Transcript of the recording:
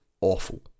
awful